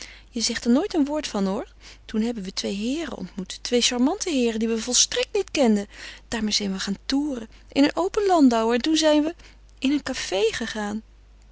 je zegt er nooit een woord van hoor toen hebben we twee heeren ontmoet twee charmante heeren die we volstrekt niet kenden daarmee zijn we gaan toeren in een open landauer en toen zijn we in een café gegaan